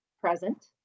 present